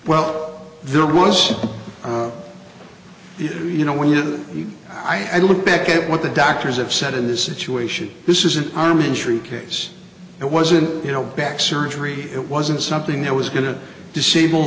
well there was the you know when i look back at what the doctors have said in this situation this is an arm injury case it wasn't you know back surgery it wasn't something that was going to disable